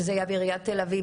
שזה היה בעיריית תל אביב,